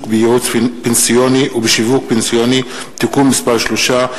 בייעוץ פנסיוני ובשיווק פנסיוני) (תיקון מס' 3),